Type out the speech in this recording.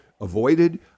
avoided